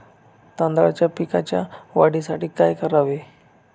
तांदळाच्या पिकाच्या वाढीसाठी काय करावे?